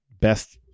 best